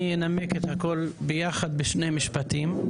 אני אנמק את הכול ביחד בשני משפטים.